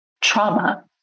trauma